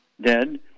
dead